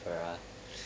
bruh